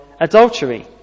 adultery